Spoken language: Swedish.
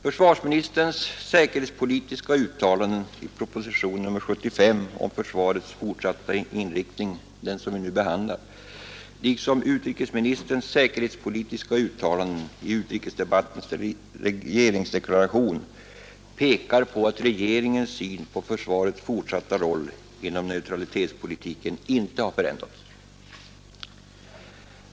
Försvarsministerns säkerhetspolitiska uttalanden i propositionen 75 om försvarets fortsatta inriktning, den som vi nu behandlar, liksom utrikesministerns säkerhetspolitiska uttalanden i utrikesdebattens regeringsdeklaration pekar på att regeringens syn på försvarets fortsatta roll inom neutralitetspolitiken inte har förändrats.